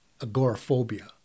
agoraphobia